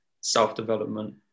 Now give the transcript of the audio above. self-development